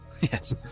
Yes